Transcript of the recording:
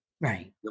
Right